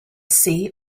sea